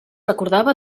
recordava